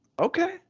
okay